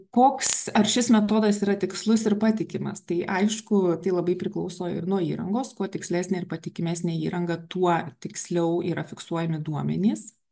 koks ar šis metodas yra tikslus ir patikimas tai aišku tai labai priklauso ir nuo įrangos kuo tikslesnė ir patikimesnė įranga tuo tiksliau yra fiksuojami duomenys